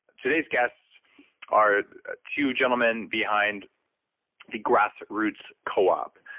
today's guests are two gentlemen behind the grass roots co-op,